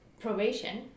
probation